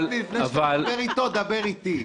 רק לפני שאתה מדבר איתו דבר איתי.